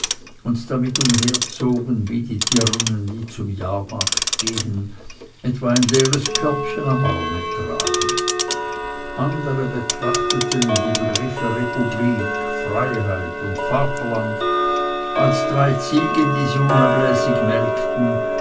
und damit umherzogen wie die dirnen die zum jahrmarkt gehen etwa ein leeres körbchen am arme tragen andere betrachteten die begriffe republik freiheit und vaterland als drei ziegen die sie unablässig melkten